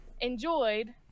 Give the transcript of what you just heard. enjoyed